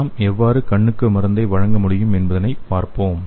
நாம் எவ்வாறு கண்ணுக்கு மருந்தை வழங்க முடியும் என்று பார்ப்போம்